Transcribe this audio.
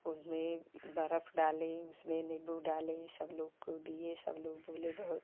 उसमें बरफ डालें उसमें नींबू डालें सब लोग को दिए सब लोग बोलें बहुत